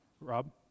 Rob